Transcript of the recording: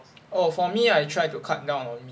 oh for me I tried to cut down on meat